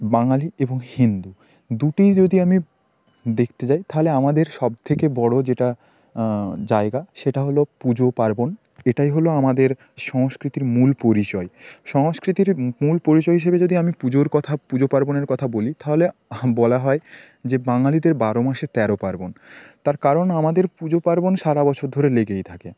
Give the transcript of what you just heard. বাঙালি এবং হিন্দু দুটিই যদি আমি দেখতে যাই তাহলে আমাদের সব থেকে বড় যেটা জায়গা সেটা হলো পুজো পার্বণ এটাই হলো আমাদের সংস্কৃতির মূল পরিচয় সংস্কৃতির মূল পরিচয় হিসেবে যদি আমি পুজোর কথা পুজো পার্বণের কথা বলি তাহলে বলা হয় যে বাঙালিদের বারো মাসে তেরো পার্বণ তার কারণ আমাদের পুজো পার্বণ সারা বছর ধরে লেগেই থাকে